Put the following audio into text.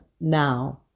now